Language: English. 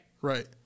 Right